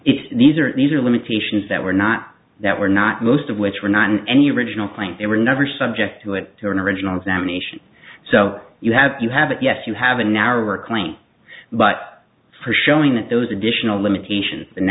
it's these are these are limitations that were not that were not most of which were not in any original claim they were never subject to it or an original examination so you have to have it yes you have a narrower claim but for showing that those additional limitation